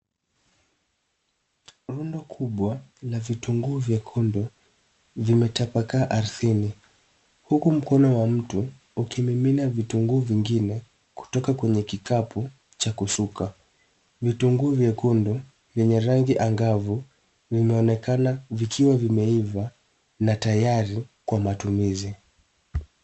Rundo kubwa la vitunguu vyekundu vimetapakaa ardhini. Huku mkono wa mtu ukimimina vitunguu vingine kutoka kwenye kikapu cha kusuka. Vitunguu vyekundu venye rangi angavu vimeonekana vikiwa vimeiva na tayari kwa matumizi.